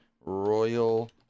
Royal